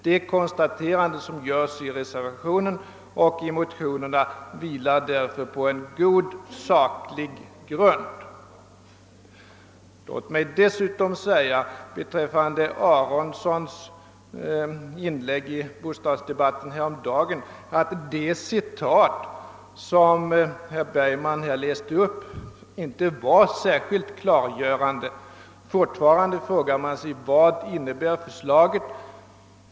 Det konstaterande som görs i reservationen 2 och i de ifrågavarande motionerna vilar därför på en god saklig grund. Beträffande herr Aronsons inlägg i bostadsdebatten häromdagen vill jag säga att det citat som herr Bergman läste upp inte var särskilt klargörande. Fortfarande frågar man sig: Vad innebär förslaget?